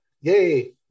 Yay